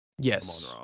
Yes